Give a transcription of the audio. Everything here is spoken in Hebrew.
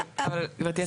אבל גברתי השרה,